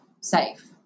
safe